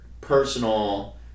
personal